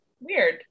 Weird